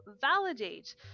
Validate